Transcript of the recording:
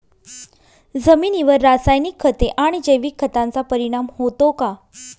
जमिनीवर रासायनिक खते आणि जैविक खतांचा परिणाम होतो का?